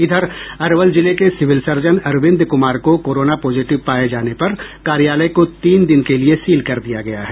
इधर अरवल जिले के सिविल सर्जन अरविंद कुमार को कोरोना पॉजिटिव पाये जाने पर कार्यालय को तीन दिन के लिए सील कर दिया गया है